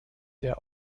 der